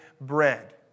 bread